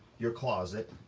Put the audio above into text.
your closet,